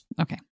Okay